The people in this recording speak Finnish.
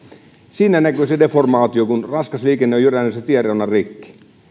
siinä näkyy se deformaatio kun raskas liikenne on jyrännyt sen tien reunan rikki